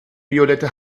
violette